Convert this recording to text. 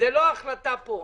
זו לא החלטה פה.